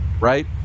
right